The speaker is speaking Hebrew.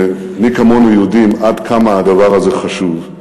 ומי כמונו יודעים עד כמה הדבר הזה חשוב.